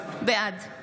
בעד שלי